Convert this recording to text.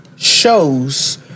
shows